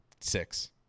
six